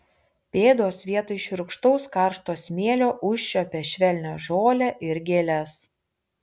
pėdos vietoj šiurkštaus karšto smėlio užčiuopė švelnią žolę ir gėles